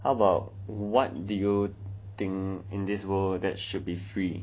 how about what do think in this world that should be free